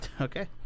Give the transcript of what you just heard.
Okay